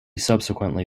subsequently